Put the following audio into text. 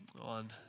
on